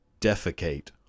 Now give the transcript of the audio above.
defecate